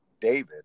David